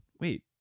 wait